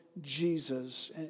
Jesus